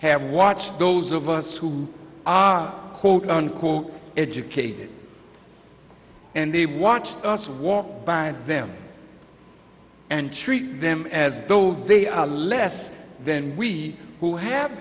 have watched those of us who are quote unquote educated and they watch us walk by them and treat them as though they are less than we who have